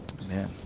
Amen